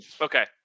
Okay